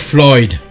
Floyd